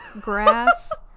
grass